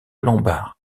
lombard